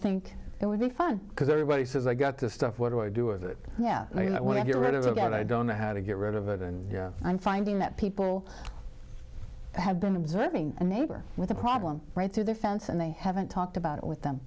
think it would be fun because everybody says i got this stuff what do i do with it yeah i want to get rid of that i don't know how to get rid of it and i'm finding that people have been observing a neighbor with a problem right through their fence and they haven't talked about it with them